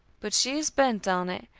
but she is bent on it,